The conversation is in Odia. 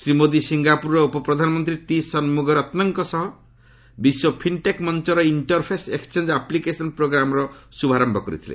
ଶ୍ରୀ ମୋଦି ସିଙ୍ଗାପୁରର ଉପ ପ୍ରଧାନମନ୍ତ୍ରୀ ଟିସନ୍ମୁଗରତ୍ନଙ୍କ ସହ ବିଶ୍ୱ ଫିନ୍ଟେକ୍ ମଞ୍ଚର ଇଣ୍ଟରଫେସ୍ ଏକ୍ସଚେଞ୍ଜ ଆପ୍ଲିକେଶନ ପ୍ରୋଗ୍ରାମର ଶୁଭାରମ୍ଭ କରିଥିଲେ